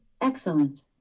Excellent